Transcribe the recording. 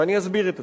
ואני אסביר את עצמי.